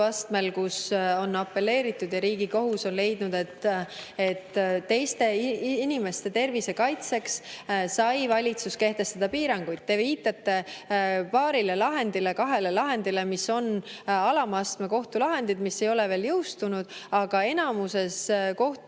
kohtuastmel, kui on apelleeritud. Riigikohus on leidnud, et teiste inimeste tervise kaitseks sai valitsus kehtestada piiranguid. Te viitate paarile, kahele lahendile, mis on alama astme kohtulahendid, mis ei ole veel jõustunud. Aga enamuses